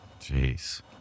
Jeez